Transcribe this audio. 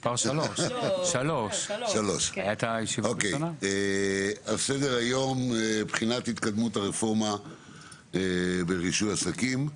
מס' 3. על סדר-היום: בחינת התקדמות הרפורמה ברישוי עסקים.